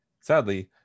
Sadly